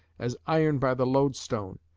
as iron by the loadstone,